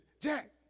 Jack